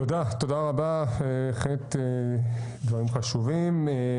תודה רבה, בהחלט דברים חשובים.